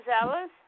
Alice